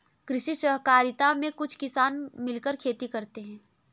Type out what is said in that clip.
कृषि सहकारिता में कुछ किसान मिलकर खेती करते हैं